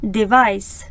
device